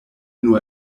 nur